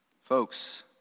Folks